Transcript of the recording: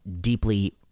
deeply